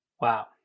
Wow